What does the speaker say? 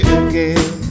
again